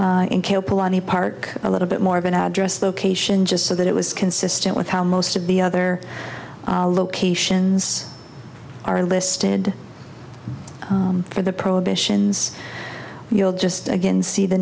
polani park a little bit more of an address cation just so that it was consistent with how most of the other locations are listed for the prohibitions you'll just again see the